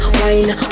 wine